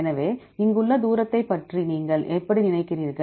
எனவே இங்குள்ள தூரத்தைப் பற்றி நீங்கள் எப்படி நினைக்கிறீர்கள்